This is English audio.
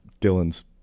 Dylan's